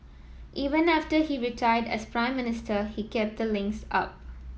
even after he retired as Prime Minister he kept the links up